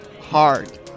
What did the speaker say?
Hard